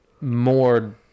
more